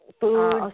food